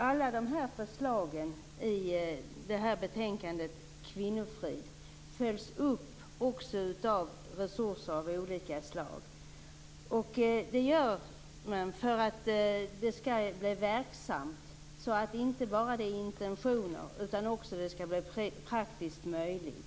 Alla förslag i betänkandet om kvinnofrid följs upp med resurser av olika slag. Det gör man för att det skall bli verksamt, så att det inte bara är intentioner utan så att det också blir praktiskt möjligt.